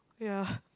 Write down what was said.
ya